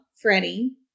Freddie